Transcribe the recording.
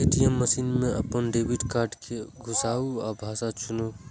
ATM machine मे अपन debit card कें घुसाउ आ भाषा चुनू